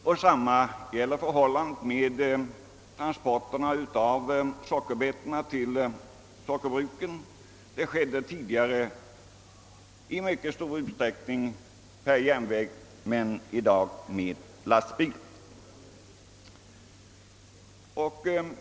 — Detsamma gäller transporterna av sockerbetor till sockerbruken — dessa skedde tidigare i mycket stor utsträckning per järnväg men går i dag med lastbil.